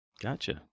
Gotcha